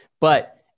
But-